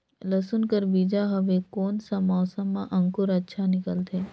लसुन कर बीजा हवे कोन सा मौसम मां अंकुर अच्छा निकलथे?